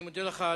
אני מודה לך.